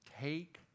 take